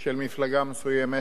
של מפלגה מסוימת,